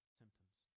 symptoms